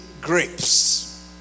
grapes